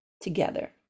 together